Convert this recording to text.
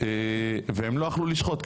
והם לא יכלו לשחוט.